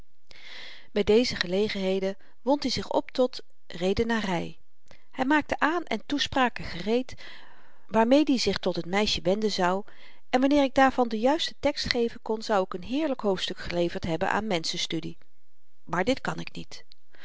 by deze gelegenheden wond i zich op tot redenary hy maakte aanen toespraken gereed waarmed i zich tot het meisje wenden zou en wanneer ik daarvan den juisten tekst geven kon zou ik n heerlyk hoofdstuk geleverd hebben van menschenstudie maar dit kan ik niet